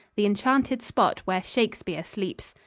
the enchanted spot where shakespeare sleeps.